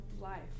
life